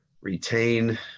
retain